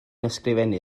ysgrifennu